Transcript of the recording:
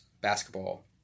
basketball